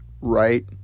right